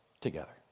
together